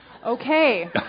Okay